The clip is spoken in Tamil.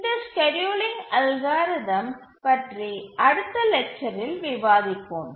இந்த ஸ்கேட்யூலிங் அல்காரிதம் பற்றி அடுத்த லெக்சரில் விவாதிப்போம்